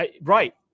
Right